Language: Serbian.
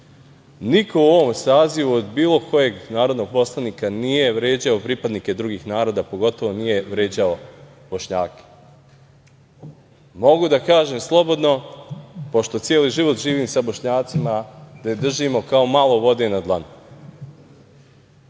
u ovom sazivu od bilo kojeg narodnog poslanika nije vređao pripadnike drugih naroda, pogotovo nije vređao Bošnjake. Mogu da kažem slobodno, pošto celi život živim sa Bošnjacima, da ih držimo kao malo vode na dlanu,